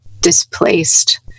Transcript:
displaced